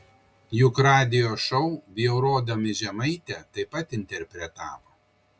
juk radijo šou bjaurodami žemaitę taip pat interpretavo